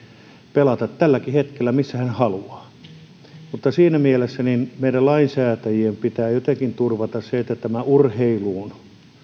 pelata tälläkin hetkellä missä haluaa siinä mielessä meidän lainsäätäjien pitää jotenkin turvata se että tämä urheiluun